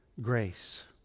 Grace